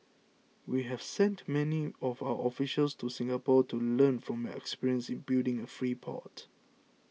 we have sent many of our officials to Singapore to learn from your experience in building a free port